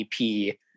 ep